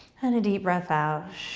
and a deep breath out.